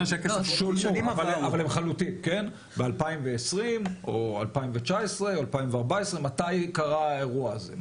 שולמו אבל הם חלוטים ב-2020 או 2019 או 2014. מתי קרה האירוע הזה?